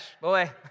boy